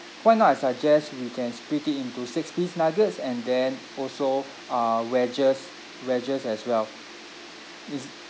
why not I suggest you can split it into six piece nuggets and then also uh wedges wedges as well it's